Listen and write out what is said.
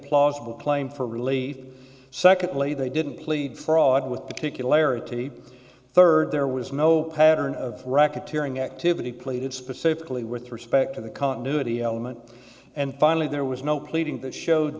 plausible claim for relief secondly they didn't plead fraud with particularity third there was no pattern of racketeering activity pleaded specifically with respect to the continuity element and finally there was no pleading that showed